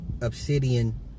Obsidian